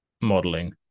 modeling